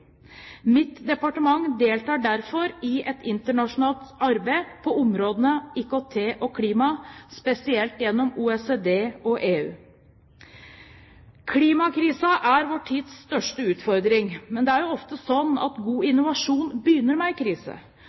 Mitt departement deltar derfor i et internasjonalt arbeid på områdene IKT og klima, spesielt gjennom OECD og EU. Klimakrisen er vår tids største utfordring. Men det er jo ofte slik at god innovasjon begynner med en krise.